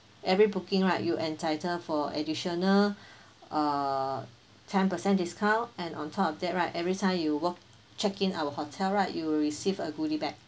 every booking right you entitle for additional uh ten percent discount and on top of that right every time you walk check-in our hotel right you will receive a goodie bag